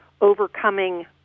overcoming